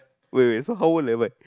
wait wait so how old am I